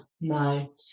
no